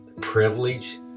privilege